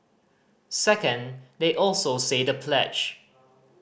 second they also say the pledge